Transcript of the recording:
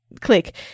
Click